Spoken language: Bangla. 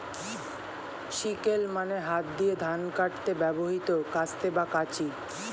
সিকেল মানে হাত দিয়ে ধান কাটতে ব্যবহৃত কাস্তে বা কাঁচি